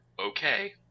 okay